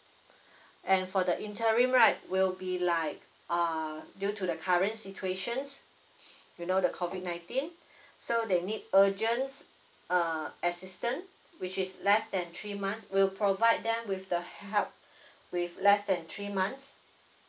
and for the interim right will be like uh due to the current situation you know the COVID nineteen so they need urgent uh assistance which is less than three months we'll provide them with the h~ help with less than three months